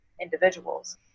individuals